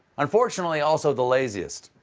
unfortunately, also the laziest.